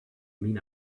mean